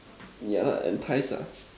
yeah lah entice ah